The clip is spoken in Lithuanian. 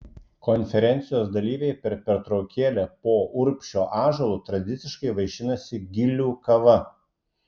konferencijos dalyviai per pertraukėlę po urbšio ąžuolu tradiciškai vaišinasi gilių kava